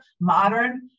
modern